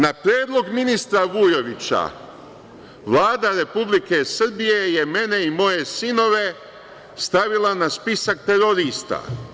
Na predlog ministra Vujovića, Vlada Republike Srbije je mene i moje sinove stavila na spisak terorista.